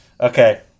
Okay